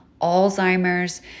Alzheimer's